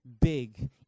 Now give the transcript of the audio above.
big